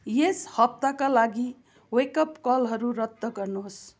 यस हप्ताका लागि वेकअप कलहरू रद्द गर्नुहोस्